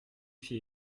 fit